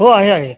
हो आहे आहे